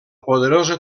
poderosa